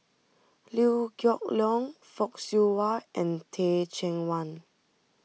Liew Geok Leong Fock Siew Wah and Teh Cheang Wan